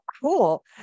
cool